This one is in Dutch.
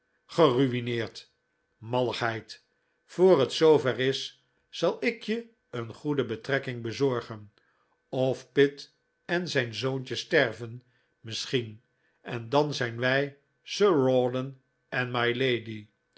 geruineerd malligheid voor het zoo ver is zal ik je een goede betrekking bezorgen of pitt en zijn zoontje sterven misschien en dan zijn wij sir rawdon en mylady